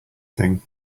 thing